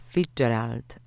Fitzgerald